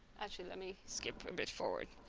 actually let me skip a bit forward